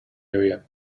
area